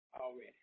already